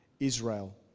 Israel